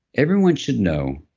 everyone should know